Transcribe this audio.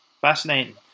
fascinating